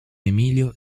emilio